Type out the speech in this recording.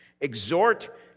exhort